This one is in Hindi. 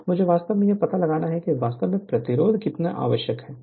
इसलिए मुझे वास्तव में यह पता लगाना है कि वास्तव में प्रतिरोध कितना आवश्यक है